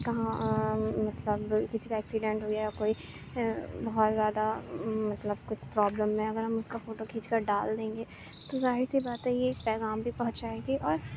کہاں مطلب کسی کا ایکسیڈینٹ ہو گیا یا کوئی بہت زیادہ مطلب کچھ پرابلم میں ہے اگر ہم اُس کا فوٹو کھینچ کر ڈال دیں گے تو ظاہر سی بات ہے یہ ایک پیغام بھی پہنچائے گی اور